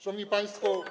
Szanowni Państwo!